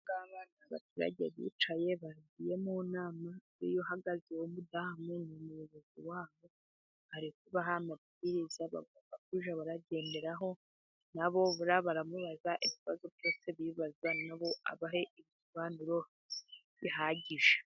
Abangaba ni abaturage bicaye bagiye mu nama, uriya uhagaze w'umudamu ni umuyobozi wabo. Ari kubaha amabwiriza bagomba kujya bagenderaho, na bo buriya baramubaza ibibazo byose bibaza, na bo abahe ibisobanuro bihagije.